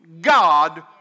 God